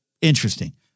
interesting